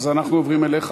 אז אנחנו עוברים אליך,